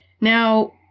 Now